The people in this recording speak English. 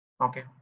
Okay